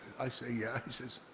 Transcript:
i say, yeah. he says,